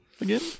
again